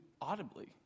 audibly